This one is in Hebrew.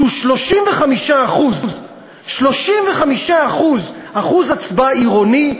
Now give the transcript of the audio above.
שהוא 35% 35% שיעור הצבעה עירוני,